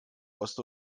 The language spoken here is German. ost